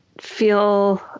feel